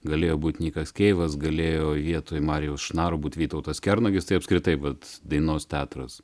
galėjo būti nikas keivas galėjo vietoj marijaus šnaro būti vytautas kernagis tai apskritai vat dainos teatras